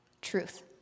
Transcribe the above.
Truth